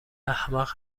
احمق